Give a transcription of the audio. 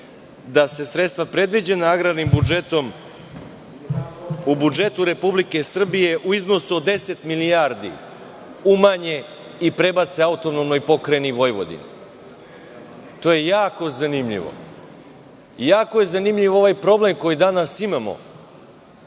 da se sredstva predviđena agrarnim budžetom u budžetu Republike Srbije, u iznosu od 10 milijardi umanje i prebace AP Vojvodini. To je jako zanimljivo. Jako je zanimljiv ovaj problem koji danas imamo